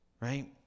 Right